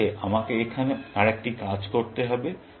তার আগে আমাকে এখানে আরেকটি কাজ করতে হবে